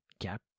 gap